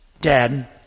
dead